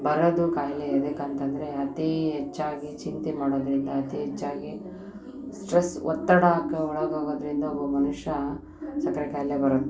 ಬರೋದು ಖಾಯಿಲೆ ಎದಕಂತಂದ್ರೆ ಅತಿ ಹೆಚ್ಚಾಗಿ ಚಿಂತೆ ಮಾಡೋದರಿಂದ ಅತಿ ಹೆಚ್ಚಾಗಿ ಸ್ಟ್ರೆಸ್ ಒತ್ತಡಕ್ಕೆ ಒಳಗಾಗೋದರಿಂದ ಒಬ್ಬ ಮನುಷ್ಯ ಸಕ್ಕರೆ ಖಾಯಿಲೆ ಬರುತ್ತೆ